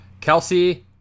Kelsey